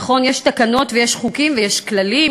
נכון, יש תקנות ויש חוקים ויש כללים,